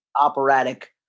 operatic